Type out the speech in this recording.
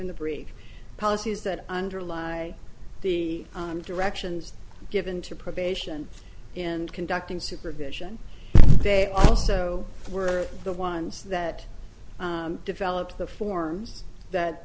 in the very policies that underlie the directions given to probation and conducting supervision they also were the ones that developed the forms that